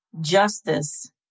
justice